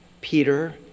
Peter